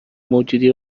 موجودی